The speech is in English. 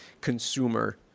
consumer